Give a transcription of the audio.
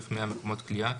14,100 מקומות כליאה.